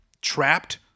Trapped